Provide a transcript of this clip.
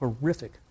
horrific